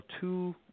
two